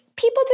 people